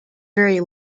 very